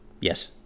Yes